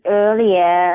earlier